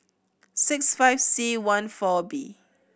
six five C one four B